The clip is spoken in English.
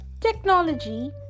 Technology